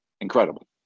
incredible